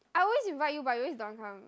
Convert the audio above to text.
I always invite you but you always don't want come